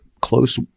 close